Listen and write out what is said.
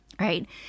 Right